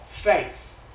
face